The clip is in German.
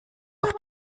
auf